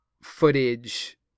footage